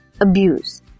abuse